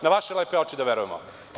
Na vaše lepe oči da verujemo?